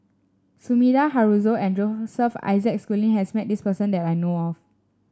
Sumida Haruzo and Joseph Isaac Schooling has met this person that I know of